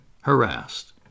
harassed